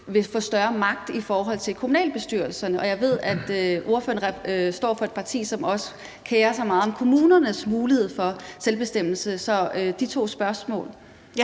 vil få en større magt i forhold til kommunalbestyrelserne, og jeg ved også, at ordføreren er fra et parti, som kerer sig meget om kommunernes mulighed for selvbestemmelse. Så der er de to spørgsmål. Kl.